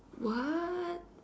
what